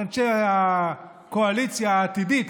אנשי הקואליציה העתידית,